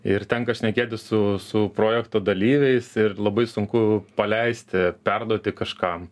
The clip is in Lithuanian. ir tenka šnekėtis su su projekto dalyviais ir labai sunku paleisti perduoti kažkam